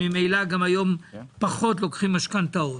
ממילא, היום פחות לוקחים משכנתאות.